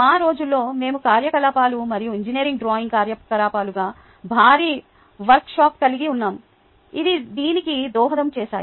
మా రోజుల్లో మేము కార్యకలాపాలు మరియు ఇంజనీరింగ్ డ్రాయింగ్ కార్యకలాపాలుగా భారీ వర్క్షాప్ కలిగి ఉన్నాము ఇవి దీనికి దోహదం చేశాయి